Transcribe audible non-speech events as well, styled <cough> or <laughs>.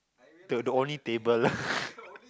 the the only table lah <laughs>